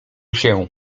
się